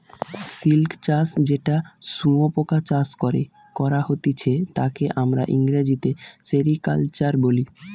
silk চাষ যেটা শুয়োপোকা চাষ করে করা হতিছে তাকে আমরা ইংরেজিতে সেরিকালচার বলি